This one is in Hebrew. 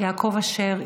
יעקב אשר,